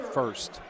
first